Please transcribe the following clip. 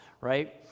right